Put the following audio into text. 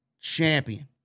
Champion